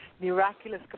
miraculous